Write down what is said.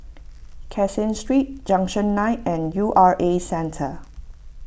Caseen Street Junction nine and U R A Centre